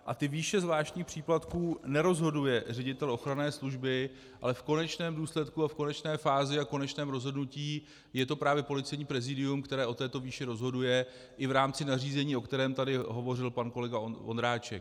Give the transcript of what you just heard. A ty výše zvláštních příplatků nerozhoduje ředitel ochranné služby, ale v konečném důsledku a v konečné fázi a v konečném rozhodnutí je to právě Policejní prezídium, které o této výši rozhoduje, i v rámci nařízení, o kterém tady hovořil pan kolega Ondráček.